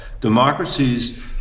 democracies